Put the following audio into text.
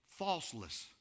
falseless